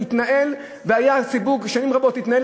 היה חסר לקבל גם למועצה?